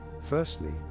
Firstly